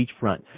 beachfront